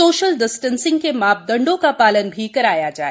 social distancing के मापदंडों का पालन भी कराया जाये